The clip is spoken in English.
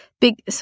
Big